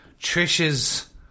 Trish's